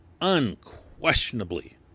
unquestionably